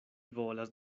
volas